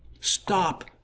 Stop